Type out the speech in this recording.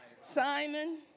Simon